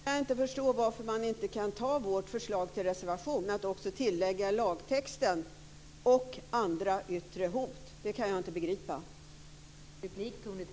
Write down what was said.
Fru talman! Jag kan då inte förstå varför man inte kan anta vårt förslag i reservationen, att det i lagtexten ska tilläggas "och andra yttre hot".